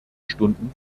stunden